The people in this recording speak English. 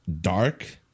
dark